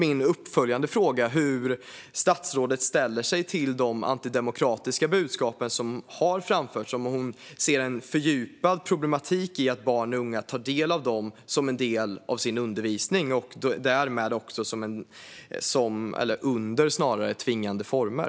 Min uppföljande fråga blir hur statsrådet ställer sig till de antidemokratiska budskap som har framförts. Ser hon en fördjupad problematik i att barn och unga tar del av dem som en del av sin undervisning och därmed också under tvingande former?